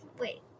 Wait